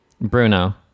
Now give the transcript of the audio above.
Bruno